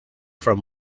from